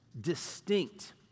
distinct